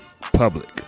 public